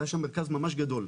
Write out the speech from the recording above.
היה שם מרכז ממש גדול.